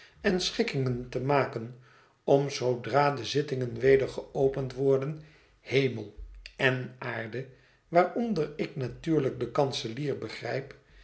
en schikkingen te maken om zoodra de zittingen weder geopend worden hemel en aarde waaronder ik natuurlijk den kanselier begrijp